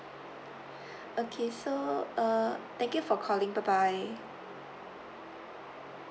okay so uh thank you for calling bye bye